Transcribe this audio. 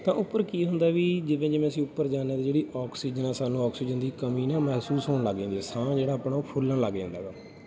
ਤਾਂ ਉੱਪਰ ਕੀ ਹੁੰਦਾ ਵੀ ਜਿਵੇਂ ਜਿਵੇਂ ਅਸੀਂ ਉੱਪਰ ਜਾਂਦੇ ਹਾਂ ਤਾਂ ਜਿਹੜੀ ਆਕਸੀਜਨ ਆ ਸਾਨੂੰ ਆਕਸੀਜਨ ਦੀ ਕਮੀ ਨਾ ਮਹਿਸੂਸ ਹੋਣ ਲੱਗ ਜਾਂਦੀ ਸਾਹ ਜਿਹੜਾ ਆਪਣਾ ਉਹ ਫੁੱਲਣ ਲੱਗ ਜਾਂਦਾ ਗਾ